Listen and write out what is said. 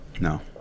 No